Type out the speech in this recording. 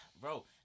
Bro